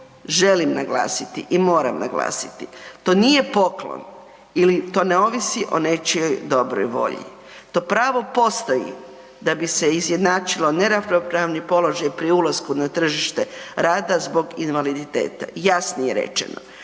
želim naglasiti i moram naglasiti. To nije poklon ili to ne ovisi o nečijoj dobroj volji, to pravo postoji da bi se izjednačilo neravnopravni položaj pri ulasku na tržište rada zbog invaliditeta. Jasnije rečeno,